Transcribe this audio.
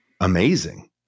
amazing